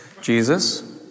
Jesus